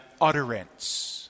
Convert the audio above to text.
utterance